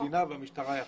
המדינה והמשטרה יחד.